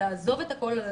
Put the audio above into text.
לעזוב את הכל,